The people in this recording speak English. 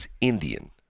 Indian